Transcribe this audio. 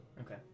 Okay